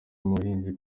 abahinzi